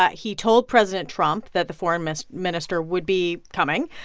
ah he told president trump that the foreign minister minister would be coming.